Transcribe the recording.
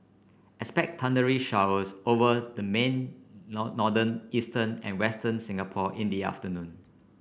expect thundery showers over the main northern eastern and western Singapore in the afternoon